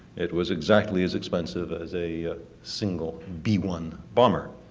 it was exactly as expensive as a single b one bomber,